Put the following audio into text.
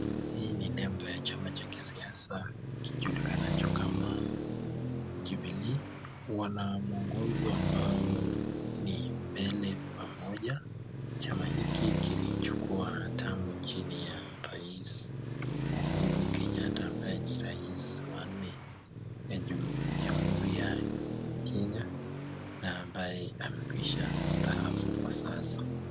Hii ni nembo ya chama cha kisiasa kijulikanacho kama Jubilee, wanamuongozo ambao ni mbele pamoja. Chama hiki kilichukua hatamu chini ya rais Uhuru Kenyatta, ambaye ni rais wa nne wa Jamhuri ya Kenya na ambaye amekwisha staafu kwa sasa.